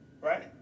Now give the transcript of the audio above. right